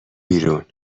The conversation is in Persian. بیرون